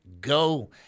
go